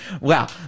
Wow